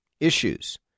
issues